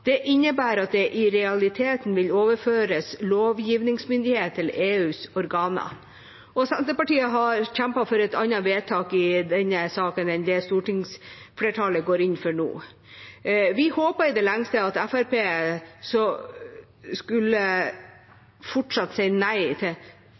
Det innebærer at det i realiteten vil overføres lovgivningsmyndighet til EUs organer. Senterpartiet har kjempet for et annet vedtak i denne saken enn det stortingsflertallet går inn for nå. Vi håpet i det lengste at Fremskrittspartiet, som fortsatt sier nei til norsk medlemskap i EU, skulle